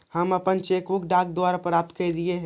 हम अपन cheque book डाक द्वारा प्राप्त कईली हे